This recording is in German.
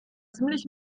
ziemlich